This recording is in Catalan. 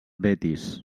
betis